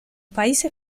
países